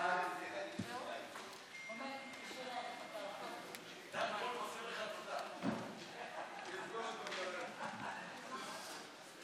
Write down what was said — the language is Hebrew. חוק יסודות התקציב (תיקון מס' 53), התשפ"א 2020,